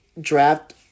draft